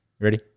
Ready